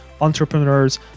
entrepreneurs